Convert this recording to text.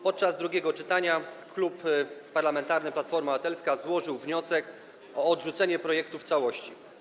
Podczas drugiego czytania Klub Parlamentarny Platforma Obywatelska złożył wniosek o odrzucenie projektu w całości.